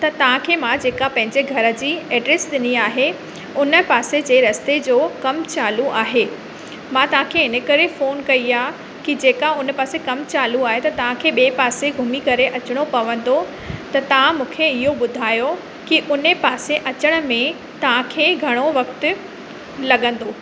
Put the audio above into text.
त तव्हांखे मां जेका पंहिंजे घर जी एड्रेस ॾिनी आहे उन पासे जे रस्ते जो कमु चालू आहे मां तव्हांखे इन करे फ़ोन कई आहे की जेका हुन पासे कमु चालू आहे त तव्हांखे ॿिए पासे घुमी करे अचिणो पवंदो त तव्हां मूंखे इहो ॿुधायो की उन पासे अचण में तव्हांखे घणो वक़्तु लॻंदो